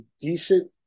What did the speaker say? decent